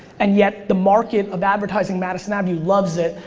and yet, the market of advertising, madison avenue, loves it,